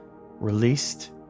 released